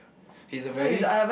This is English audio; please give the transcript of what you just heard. he's a very